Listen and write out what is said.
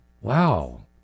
Wow